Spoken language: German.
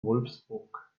wolfsburg